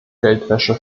geldwäsche